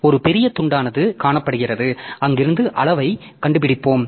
ஒரு பெரிய துண்டானது காணப்படுகிறது அங்கிருந்து அளவைக் கண்டுபிடிப்போம்